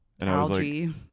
Algae